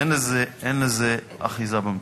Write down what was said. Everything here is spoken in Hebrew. אין לזה אחיזה במציאות.